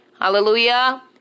Hallelujah